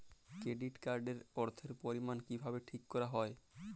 Credit card এর অর্থের পরিমান কিভাবে ঠিক করা হয়?